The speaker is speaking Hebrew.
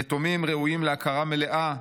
יתומים ראויים להכרה מלאה,